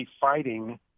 fighting